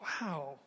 wow